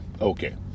Okay